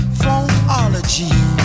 phonology